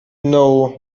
know